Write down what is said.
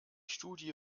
studie